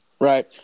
Right